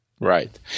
Right